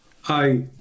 Hi